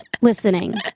listening